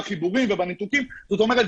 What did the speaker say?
זאת אומרת,